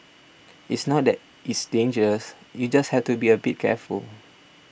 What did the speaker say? it's not that it's dangerous you just have to be a bit careful